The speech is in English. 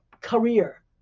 career